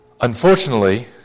Unfortunately